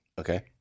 Okay